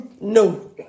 no